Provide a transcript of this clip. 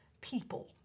people